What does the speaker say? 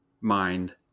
mind